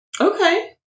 Okay